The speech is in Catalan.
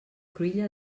cruïlla